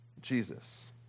Jesus